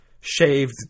shaved